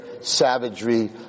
savagery